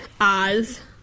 Oz